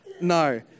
No